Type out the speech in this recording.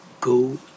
go